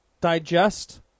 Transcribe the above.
digest